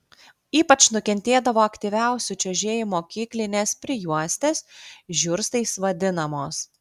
ypač nukentėdavo aktyviausių čiuožėjų mokyklinės prijuostės žiurstais vadinamos